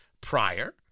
prior